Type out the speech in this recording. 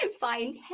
find